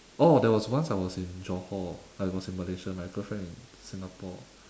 oh there was once I was in johor I was in malaysia my girlfriend in singapore